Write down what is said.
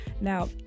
Now